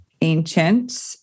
ancient